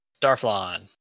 Darflon